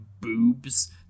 boobs